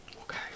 Okay